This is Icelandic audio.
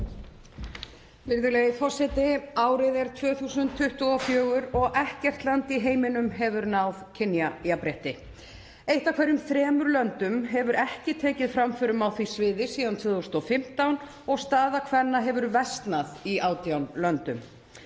Virðulegi forseti. Árið er 2024 og ekkert land í heiminum hefur náð kynjajafnrétti. Eitt af hverjum þremur löndum hefur ekki tekið framförum á því sviði síðan 2015 og staða kvenna hefur versnað í 18 löndum.